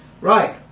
Right